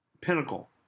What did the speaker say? pinnacle